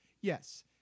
Yes